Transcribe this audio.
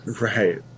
right